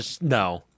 No